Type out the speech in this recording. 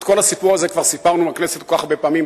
את כל הסיפור הזה כבר סיפרנו בכנסת כל כך הרבה פעמים,